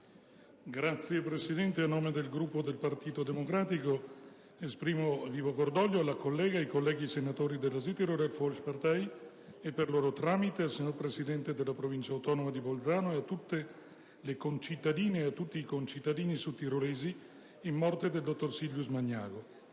Signor Presidente, a nome del Gruppo del Partito Democratico, esprimo vivo cordoglio ai colleghi senatori della Südtiroler Volkspartei e, per loro tramite, al presidente della Provincia autonoma di Bolzano, e a tutte le concittadine e a tutti i concittadini sudtirolesi per la morte del dottor Silvius Magnago.